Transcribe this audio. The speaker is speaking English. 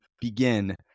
begin